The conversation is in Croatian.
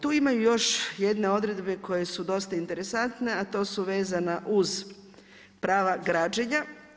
Tu imaju još jedne odredbe koje su dosta interesantne a to su vezana uz prava građenja.